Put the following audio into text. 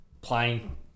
playing